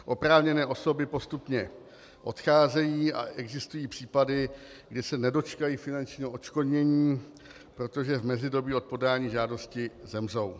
Oprávněné osoby postupně odcházejí a existují případy, kdy se nedočkají finančního odškodnění, protože v mezidobí od podání žádosti zemřou.